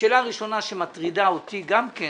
השאלה הראשונה שמטרידה אותי גם כן,